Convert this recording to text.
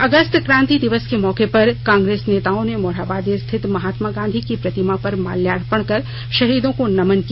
अगस्त क्रांति दिवस के मौके पर कांग्रेस नेताओं ने मोरहाबादी स्थित महात्मा गांधी की प्रतिमा पर माल्यार्पण कर शहीदों को नमन किया